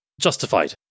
justified